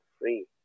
free